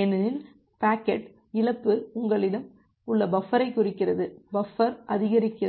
ஏனெனில் பாக்கெட் இழப்பு உங்களிடம் உள்ள பஃபரை குறிக்கிறது பஃபர் அதிகரிக்கிறது